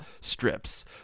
strips